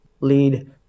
lead